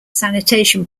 sanitation